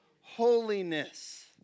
Holiness